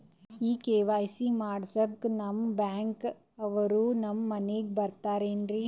ಈ ಕೆ.ವೈ.ಸಿ ಮಾಡಸಕ್ಕ ನಿಮ ಬ್ಯಾಂಕ ಅವ್ರು ನಮ್ ಮನಿಗ ಬರತಾರೆನ್ರಿ?